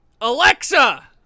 Alexa